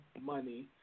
money